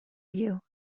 you